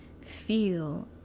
feel